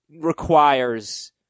requires